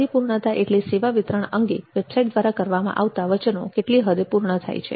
પરિપૂર્ણતા એટલે સેવા વિતરણ અંગે વેબસાઈટ દ્વારા કરવામાં આવતા વચનો કેટલી હદે પૂર્ણ થાય છે